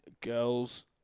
girls